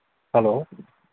hello